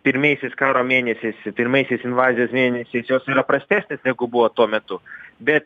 pirmaisiais karo mėnesiais pirmaisiais invazijos mėnesiais jos yra prastesnė negu buvo tuo metu bet